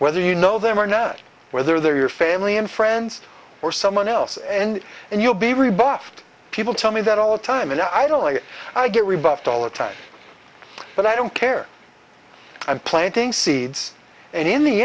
whether you know them or now whether they're your family and friends or someone else and and you'll be rebuffed people tell me that all the time and i don't like i get rebuffed all the time but i don't care i'm planting seeds and in the